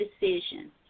decision